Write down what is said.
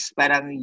parang